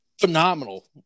phenomenal